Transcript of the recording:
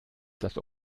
das